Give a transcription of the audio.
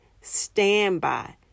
standby